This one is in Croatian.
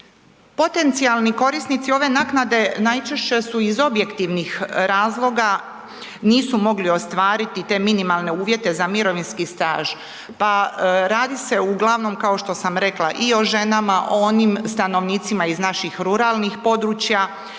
Potencijalni korisnici ove naknade najčešće su iz objektivnih razloga nisu mogli ostvariti te minimalne uvjete za mirovinski staž pa radi se uglavnom kao što sam rekla i o ženama, o onim stanovnicima iz naših ruralnih područja,